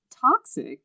toxic